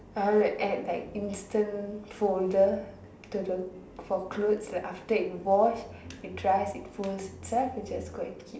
I want to add like instant folder to the for clothes like after it wash it dries it folds inside you just go and keep